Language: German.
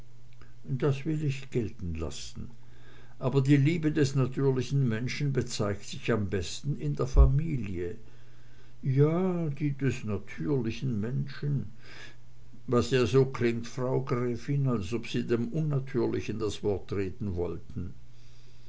das will ich gelten lassen aber die liebe des natürlichen menschen bezeigt sich am besten in der familie ja die des natürlichen menschen was ja so klingt frau gräfin als ob sie dem unnatürlichen das wort reden wollten